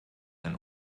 ein